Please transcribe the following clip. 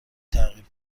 تغییر